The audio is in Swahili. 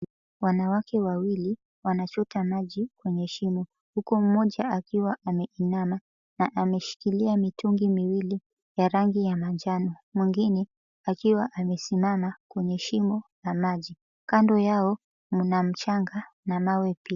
Wanawake wawili wanachota maji kwenye shimo huku mmoja akiwa ameinama na ameshikilia mitungi miwili ya rangi ya manjano mwingine akiwa amesimama kwenye shimo ya maji. Kando yao mna mchanga na mawe pia.